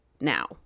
now